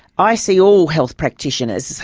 i see all health practitioners.